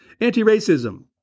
Anti-racism